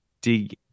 dig